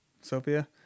Sophia